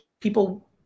people